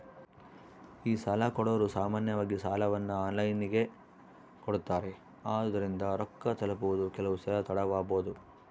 ಈ ಸಾಲಕೊಡೊರು ಸಾಮಾನ್ಯವಾಗಿ ಸಾಲವನ್ನ ಆನ್ಲೈನಿನಗೆ ಕೊಡುತ್ತಾರೆ, ಆದುದರಿಂದ ರೊಕ್ಕ ತಲುಪುವುದು ಕೆಲವುಸಲ ತಡವಾಬೊದು